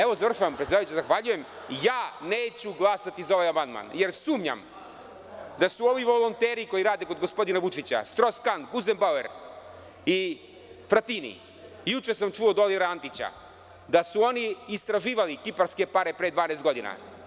Evo završavam gospodine predsedavajući, ja neću glasati za ovaj amandman, jer sumnjam da su ovi volonteri koji rade kod gospodina Vučića, Stros Kan, Guzen Bauer i Fratini, juče sam čuo od Olivera Antića da su oni istraživali kiparske pare pre 12 godina.